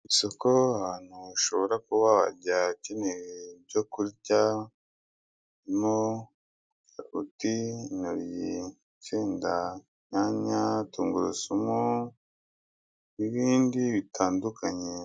Isoko ahantu ushobora kuba wajya ukeneye ibyo kurya harimo karoti, intoryi, insenda, inyanya, tungurusumu nibindi bitandukanye.